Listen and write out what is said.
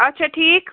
اَچھا ٹھیٖک